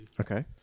Okay